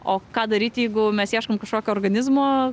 o ką daryt jeigu mes ieškom kašokio organizmo